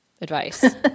advice